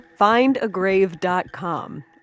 Findagrave.com